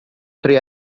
tre